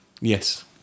Yes